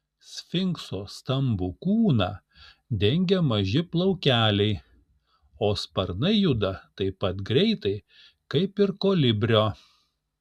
sfinkso stambų kūną dengia maži plaukeliai o sparnai juda taip pat greitai kaip ir kolibrio